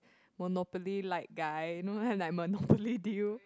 monopoly like guy you know like like monopoly deal